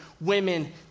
women